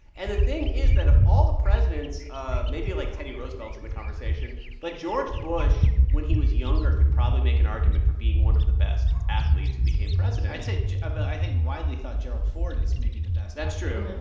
and the thing is that of all the presidents ah maybe, like, teddy roosevelt's in the conversation but george bush, when he was younger, could probably make an argument for being one of the best athletes who became president i'd say but i think widely thought gerald ford is maybe the best athlete that's true.